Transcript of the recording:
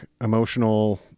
emotional